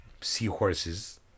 seahorses